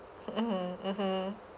mm mmhmm